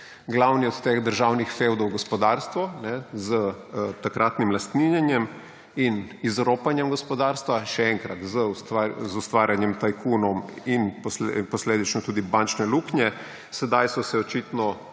glavni od teh državnih fevdov gospodarstvo s takratnim lastninjenjem in izropanjem gospodarstva, še enkrat z ustvarjanjem tajkunov in posledično tudi bančne luknje, sedaj so se očitno